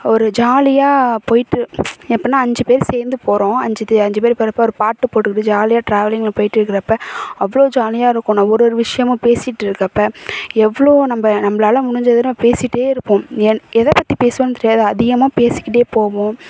ஒரு ஜாலியாக போயிட்டு எப்படின்னா அஞ்சு பேர் சேர்ந்து போகிறோம் அஞ்சு தே அஞ்சு பேர் போகிறப்ப ஒரு பாட்டு போட்டுக்கிட்டு ஜாலியாக ட்ராவலிங்கில் போயிட்டு இருக்கிறப்ப அவ்வளோ ஜாலியாக இருக்கும் நான் ஒரு ஒரு விஷயமும் பேசிகிட்டு இருக்கறப்ப எவ்வளோ நம்ம நம்மளால முடிஞ்ச தூரம் பேசிட்டே இருப்போம் என் எதை பற்றி பேசுவோன்னு தெரியாது அதிகமாக பேசிக்கிட்டே போவோம்